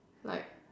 like